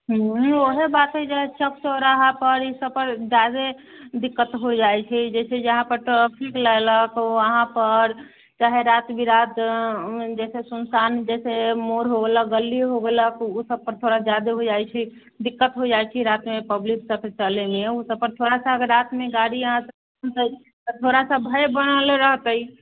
वएह बात हइ जे चौराहापर ईसबपर ज्यादे दिक्कत हो जाइ छै जइसे जहाँपर ट्रैफिक लगलक वहाँपर चाहे राति बिराति जइसे सुनसान जइसे मोड़ हो गेलक गली होलक ओहि सबपर थोड़ा ज्यादे हो जाइ छै दिक्कत हो जाइ छै रातिके पब्लिकसबके चलैमे ओहि सबपर थोड़ा सा अगर रातिमे गाड़ी अहाँसब थोड़ा सा भय बनल रहतै